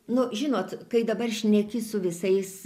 nu žinot kai dabar šneki su visais